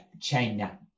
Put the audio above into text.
China